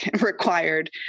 required